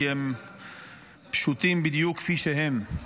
כי הם פשוטים בדיוק כפי שהם: